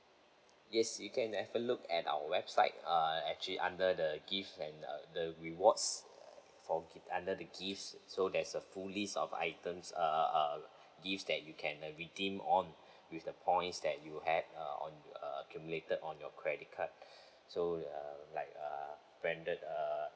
yes you can have a look at our website err actually under the gift and uh the rewards for gi~ under the gifts so there's a full list of items err uh gift that you can redeem on with the points that you have err on uh accumulated on your credit card so err like err branded err